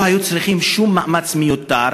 שלא היו צריכים לגביה שום מאמץ מיותר.